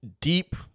deep